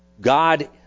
God